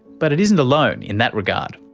but it isn't alone in that regard.